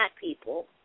people